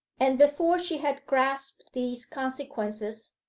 and before she had grasped these consequences,